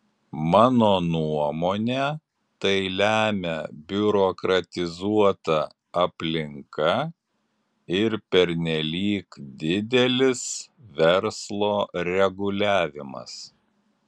mano nuomone tai lemia biurokratizuota aplinka ir pernelyg didelis verslo reguliavimas